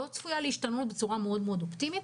היא לא צפויה להשתנות בצורה מאוד מאוד אופטימית.